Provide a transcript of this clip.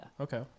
Okay